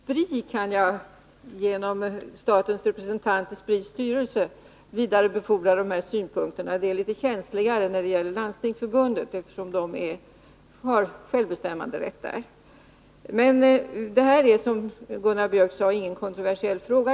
Herr talman! Till Spri kan jag genom statens representant i Spri:s styrelse vidarebefordra de här synpunkterna. Det är litet känsligare när det gäller Landstingsförbundet, eftersom det har självbestämmanderätt. Detta är, som Gunnar Biörck i Värmdö sade, ingen kontroversiell fråga.